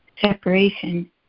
separation